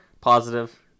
Positive